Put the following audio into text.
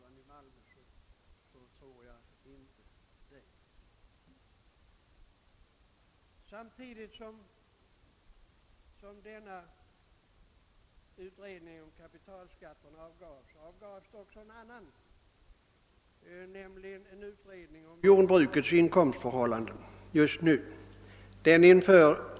Ungefär samtidigt som kapitalskatteberedningen avgav sitt betänkande var en utredning om jordbrukets inkomstförhållanden klar.